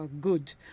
good